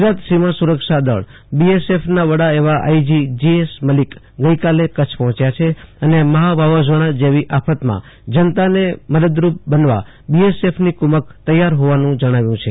ગુજરાત સીમા સુરક્ષા દળ બીએસએફના વડા આઈજી જીએસ મલિક ગઈકાલે કચ્છ પહોંચ્યા છે અને મહા વાવાઝોડા જેવી આફતમાં જનતાને મદદરૂપ બનવા બીએસએફની કુમક તૈયાર હોવાનું જણાવ્યું છે